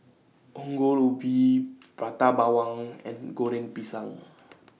Ongol Ubi Prata Bawang and Goreng Pisang